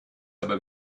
aber